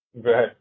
Right